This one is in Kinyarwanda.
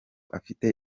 afite